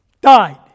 died